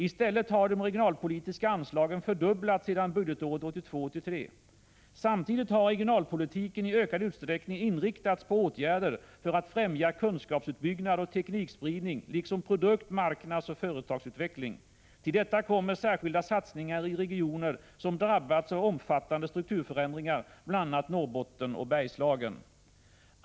I stället har de regionalpolitiska anslagen fördubblats sedan budgetåret 1982/83. Samtidigt har regionalpolitiken i ökad utsträckning inriktats på åtgärder för att främja kunskapsuppbyggnad och teknikspridning liksom produkt-, marknadsoch företagsutveckling. Till detta kommer särskilda satsningar i regioner som drabbats av omfattande strukturförändringar, bl.a. Norrbotten och Bergslagen.